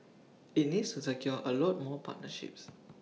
IT needs to secure A lot more partnerships